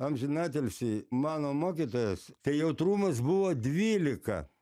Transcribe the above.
amžinatilsį mano mokytojas tai jautrumas buvo dvylika